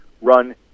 run